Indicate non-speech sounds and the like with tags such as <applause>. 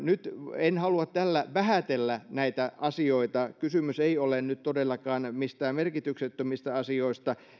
<unintelligible> nyt en halua tällä vähätellä näitä asioita kysymys ei ole nyt todellakaan mistään merkityksettömistä asioista